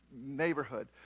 neighborhood